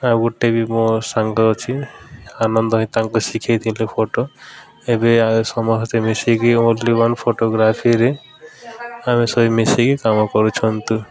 ଆଉ ଗୋଟେ ବି ମୋ ସାଙ୍ଗ ଅଛି ଆନନ୍ଦ ଭାଇ ତାଙ୍କୁ ଶିଖାଇଥିଲେ ତାଙ୍କୁ ଫଟୋ ଏବେ ସମସ୍ତେ ମିଶିକି ଓନ୍ଲି ୱାନ୍ ଫଟୋଗ୍ରାଫିରେ ଆମେ ସବୁ ମିଶିକି କାମ କରୁଛନ୍ତି